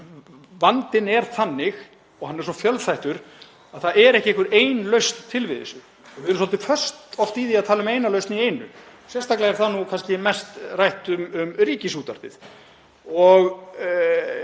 vandinn er þannig og hann er svo fjölþættur að það er ekki einhver ein lausn til við þessu. Við erum svolítið föst oft í því að tala um eina lausn í einu. Sérstaklega er það nú kannski mest rætt í tengslum við